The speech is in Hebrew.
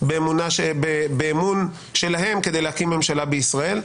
באמון שלהם כדי להקים ממשלה בישראל.